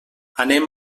anem